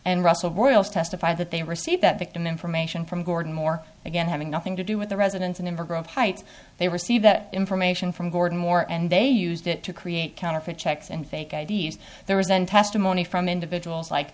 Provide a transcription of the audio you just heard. and russell boyle's testified that they received that victim information from gordon moore again having nothing to do with the residence and in her grove height they receive that information from gordon moore and they used it to create counterfeit checks and fake i d s there was an testimony from individuals like